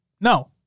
No